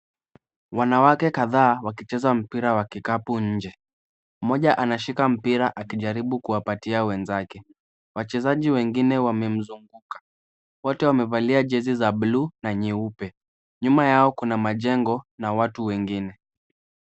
Wanawake kadhaa wakicheza mpira wa kikapu nnje. Mmoja anashika mpira akijaribu kuwapatia wenzake. Wachezaji wengine wamemzunguka wote wamevalia jezi za bluu na nyeupe. Nyuma yao, kuna majengo na watu wengine.